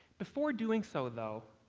before doing so though,